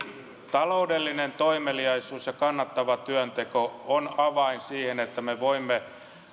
taloudellinen toimeliaisuus ja kannattava työnteko on avain siihen että me voimme